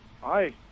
Hi